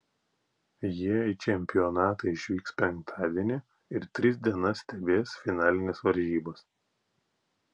jie į čempionatą išvyks penktadienį ir tris dienas stebės finalines varžybas